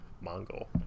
Mongol